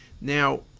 Now